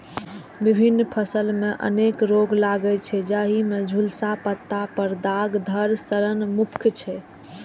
विभिन्न फसल मे अनेक रोग लागै छै, जाहि मे झुलसा, पत्ता पर दाग, धड़ सड़न मुख्य छै